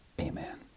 Amen